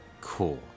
Cool